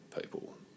people